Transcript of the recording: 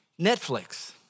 Netflix